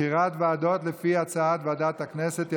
בחירת ועדות לפי הצעת ועדת הכנסת.